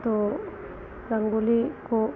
तो रंगोली को